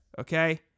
Okay